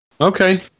Okay